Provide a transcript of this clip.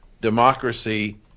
democracy